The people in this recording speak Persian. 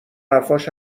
حرفاش